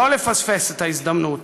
שלא לפספס את ההזדמנות,